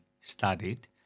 studied